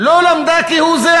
לא למדה כהוא-זה,